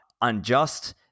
unjust